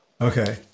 Okay